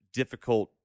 difficult